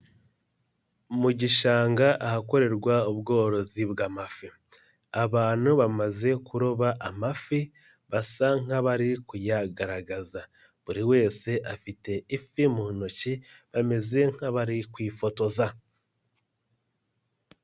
Mu gishanga ahakorerwa ubworozi bw'amafi abantu bamaze kuroba amafi basa nk'abari kuyagaragaza buri wese afite ifi mu ntoki bameze nk'abari kwifotoza.